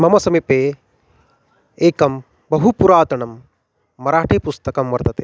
मम समीपे एकं बहु पुरातनं मराठीपुस्तकं वर्तते